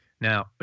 Now